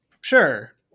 sure